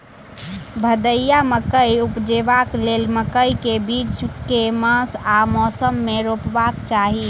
भदैया मकई उपजेबाक लेल मकई केँ बीज केँ मास आ मौसम मे रोपबाक चाहि?